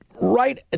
right